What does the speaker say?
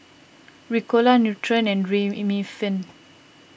Ricola Nutren and